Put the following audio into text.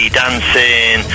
dancing